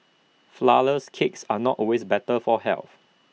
Flourless Cakes are not always better for health